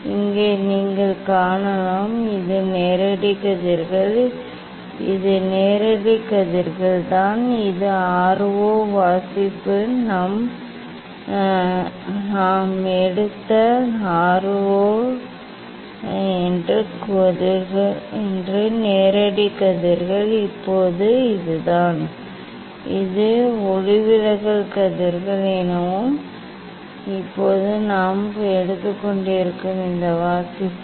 இங்கே நீங்கள் காணலாம் இது நேரடி கதிர்கள் இது நேரடி கதிர்கள் இது R 0 வாசிப்பு நாம் எடுத்த R 0 என்று நேரடி கதிர்கள் இப்போது இதுதான் இது ஒளிவிலகல் கதிர்கள் எனவே இப்போது நாம் எடுத்துக்கொண்டிருக்கும் இந்த வாசிப்பு R 1